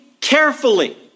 carefully